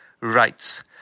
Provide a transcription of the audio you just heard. rights